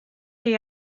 chi